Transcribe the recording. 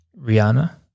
Rihanna